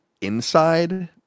Inside